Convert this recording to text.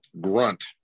Grunt